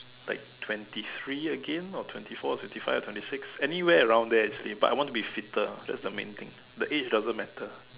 like twenty three again or twenty four or twenty five or twenty six anywhere around there actually but I want to be fitter that's the main thing the age doesn't matter